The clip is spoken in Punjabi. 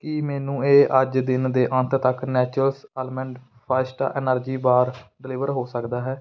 ਕੀ ਮੈਨੂੰ ਇਹ ਅੱਜ ਦਿਨ ਦੇ ਅੰਤ ਤੱਕ naturals almond fiesta energy bar deliver ਹੋ ਸਕਦਾ ਹੈ